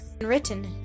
written